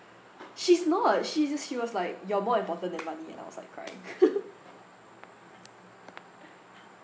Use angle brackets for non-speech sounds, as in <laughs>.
she's not she's just she was like you're more important than money and I was like crying <laughs>